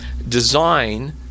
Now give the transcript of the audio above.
design